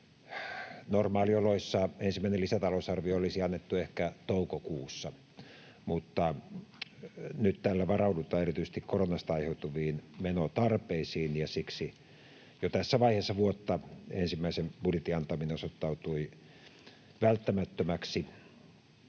Normaalioloissa ensimmäinen lisätalousarvio olisi annettu ehkä toukokuussa, mutta nyt tällä varaudutaan erityisesti koronasta aiheutuviin menotarpeisiin, ja siksi jo tässä vaiheessa vuotta ensimmäisen budjetin antaminen osoittautui välttämättömäksi.